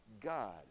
God